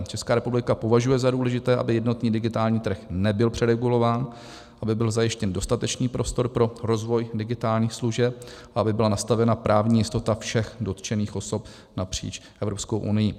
Česká republika považuje za důležité, aby jednotný digitální trh nebyl přeregulován, aby byl zajištěn dostatečný prostor pro rozvoj digitálních služeb, aby byla nastavena právní jistota všech dotčených osob napříč Evropskou unií.